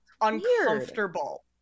uncomfortable